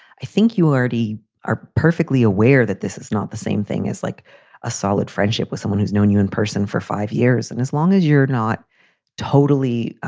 i think you already are perfectly aware that this is not the same thing as like a solid friendship with someone who's known you in person for five years. and as long as you're not totally